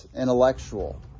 intellectual